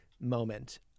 moment